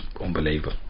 unbelievable